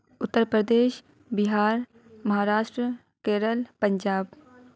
Uttar Pradesh Bihar Maharashtra Kerala Punjab